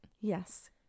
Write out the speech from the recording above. Yes